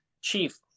Chief